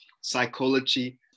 psychology